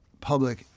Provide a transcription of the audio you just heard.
public